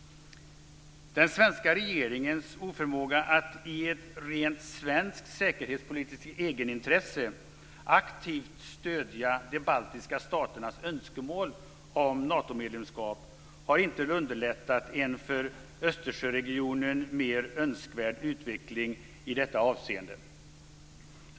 Den svenska regeringens oförmåga att i ett rent svenskt säkerhetspolitiskt egenintresse aktivt stödja de baltiska staternas önskemål om Natomedlemskap har inte underlättat en för Östersjöregionen mer önskvärd utveckling i detta avseende.